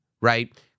right